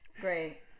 Great